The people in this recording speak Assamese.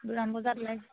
দুটামান বজাত ওলাইছোঁ